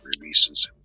releases